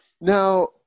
Now